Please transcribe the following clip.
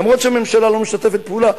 אף שהממשלה לא משתפת פעולה.